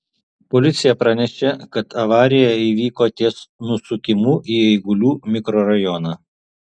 policija pranešė kad avarija įvyko ties nusukimu į eigulių mikrorajoną